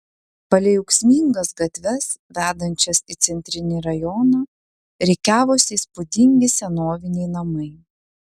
palei ūksmingas gatves vedančias į centrinį rajoną rikiavosi įspūdingi senoviniai namai